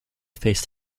faced